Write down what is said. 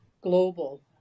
global